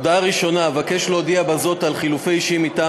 הודעה ראשונה: אבקש להודיע בזאת על חילופי אישים מטעם